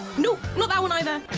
nope, not that one, either.